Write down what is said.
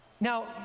Now